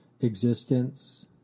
existence